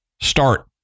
start